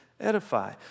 edify